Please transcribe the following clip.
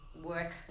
work